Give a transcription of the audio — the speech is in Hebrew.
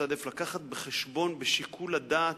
לקחת בחשבון בשיקול הדעת,